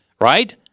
Right